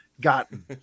gotten